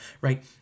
right